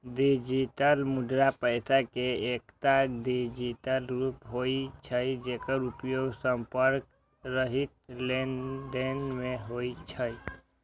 digital मुद्रा पैसा के एकटा डिजिटल रूप होइ छै, जेकर उपयोग संपर्क रहित लेनदेन मे होइ छै